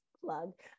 plug